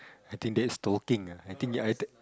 I think that is talking ah I think ya I think